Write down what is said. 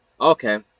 okay